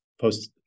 post